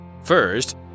First